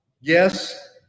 Yes